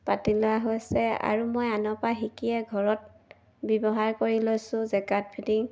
পাতি লোৱা হৈছে আৰু মই আনৰ পৰা শিকিয়ে ঘৰত ব্যৱহাৰ কৰি লৈছোঁ জেকাট ফিটিং